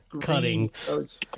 cuttings